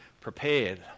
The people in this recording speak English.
prepared